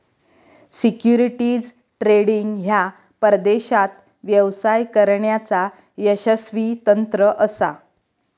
securities trading ह्या परदेशात व्यवसाय करण्याचा यशस्वी तंत्र असा